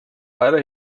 eurer